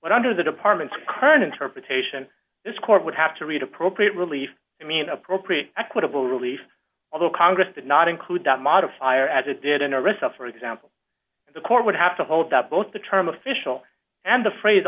what under the department's current interpretation this court would have to read appropriate relief i mean appropriate equitable relief although congress did not include that modifier as it did in a recess for example the court would have to hold that both the term official and the phrase othe